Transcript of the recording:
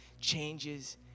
changes